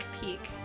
peek